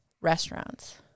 restaurants